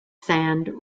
sand